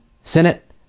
Senate